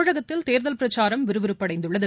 தமிழகத்தில் தேர்தல் பிரச்சாரம் விறுவிறுப்படைந்துள்ளது